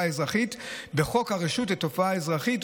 האזרחית בחוק הרשות לתעופה אזרחית,